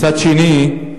מצד שני,